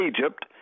Egypt